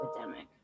epidemic